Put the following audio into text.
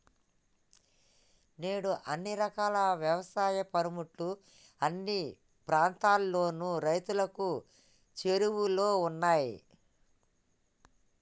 నేడు అన్ని రకాల యవసాయ పనిముట్లు అన్ని ప్రాంతాలలోను రైతులకు చేరువలో ఉన్నాయి